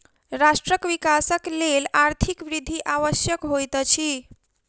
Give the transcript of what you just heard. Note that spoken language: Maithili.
राष्ट्रक विकासक लेल आर्थिक वृद्धि आवश्यक होइत अछि